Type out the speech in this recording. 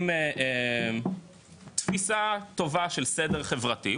עם תפיסה טובה של סדר חברתי,